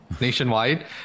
nationwide